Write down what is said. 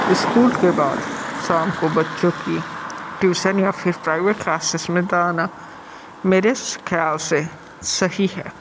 school के बाद शाम को बच्चों की ट्यूशन या फिर प्राइवेट क्लासेस में जाना मेरे ख़्याल से सही है